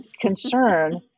concern